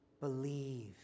Believe